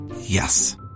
Yes